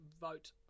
vote